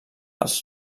als